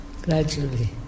gradually